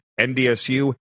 NDSU